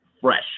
fresh